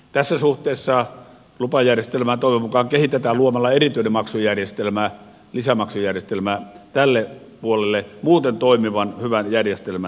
tässä suhteessa lupajärjestelmää toivon mukaan kehitetään luomalla erityinen maksujärjestelmä lisämaksujärjestelmä tälle puolelle muuten toimivan hyvän järjestelmän lisäksi